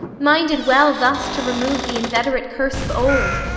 minded well thus to remove the inveterate curse of old,